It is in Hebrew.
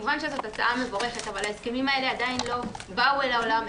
דבר ראשון: אלו הסכמים שעוד לא באו לעולם,